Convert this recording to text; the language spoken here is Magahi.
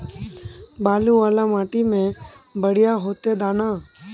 बालू वाला माटी में बढ़िया होते दाना?